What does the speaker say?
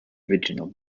original